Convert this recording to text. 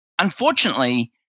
Unfortunately